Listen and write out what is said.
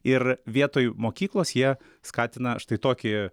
ir vietoj mokyklos jie skatina štai tokį